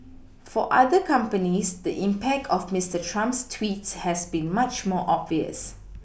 for other companies the impact of Mister Trump's tweets has been much more obvious